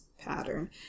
Pattern